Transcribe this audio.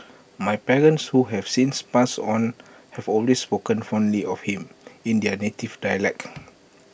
my parents who have since passed on have always spoken fondly of him in their native dialect